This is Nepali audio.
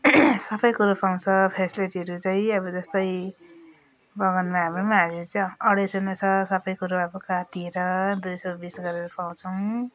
सब कुरो पाउँछ फेसिलिटीहरू चाहिँ अब जस्तै बगानमा हाम्रो हाजिरी चाहिँ अढाइ सयमा छ सब कुरो अब काटिएर दुई सय बिस गरेर पाउँछौँ